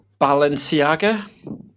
Balenciaga